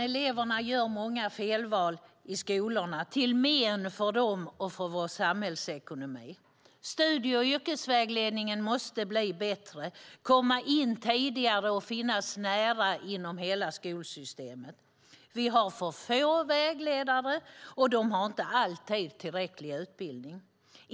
Eleverna gör många felval i skolorna, till men för dem och för vår samhällsekonomi. Studie och yrkesvägledningen måste bli bättre, komma in tidigare och finnas nära inom hela skolsystemet. Vi har för få vägledare, och de har inte alltid tillräcklig utbildning.